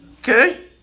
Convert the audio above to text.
Okay